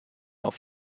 auf